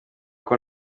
uko